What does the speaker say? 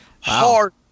hard